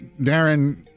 Darren